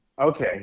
Okay